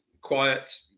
quiet